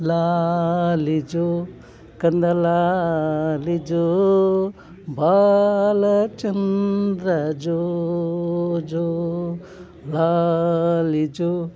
ಲಾಲಿ ಜೋ ಕಂದ ಲಾಲಿ ಜೋ ಬಾಲಚಂದ್ರ ಜೋ ಜೋ ಲಾಲಿ ಜೋ